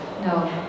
No